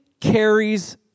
carries